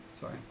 Sorry